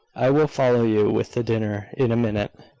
i will follow you with the dinner in a minute.